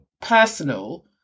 personal